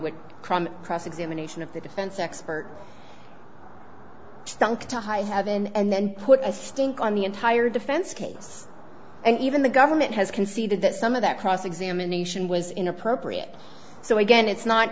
which cross examination of the defense expert stunk to high heaven and then put a stink on the entire defense case and even the government has conceded that some of that cross examination was inappropriate so again it's not